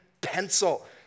pencil